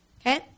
okay